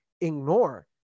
ignore